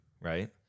right